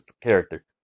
character